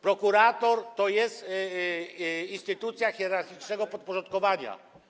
Prokurator to jest instytucja hierarchicznego podporządkowania.